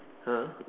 !huh!